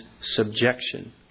subjection